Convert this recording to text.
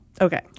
Okay